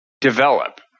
develop